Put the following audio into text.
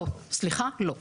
סליחה, לא.